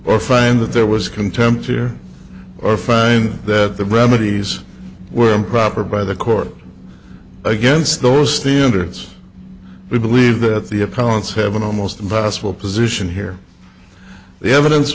or find that there was contempt or or find that the remedies were improper by the court against those standards we believe that the opponents have an almost impossible position here the evidence